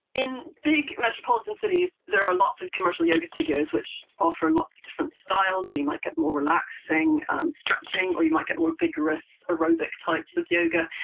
in big metropolitan cities there are lots of commercial yoga studios which offer lots of different styles, so you might get more relaxing stretching or you might get more vigorous aerobic types of yoga.